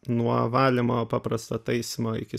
nuo valymo paprasto taisymo iki